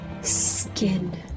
skin